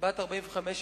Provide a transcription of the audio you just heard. בת 45,